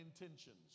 intentions